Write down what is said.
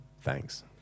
Thanks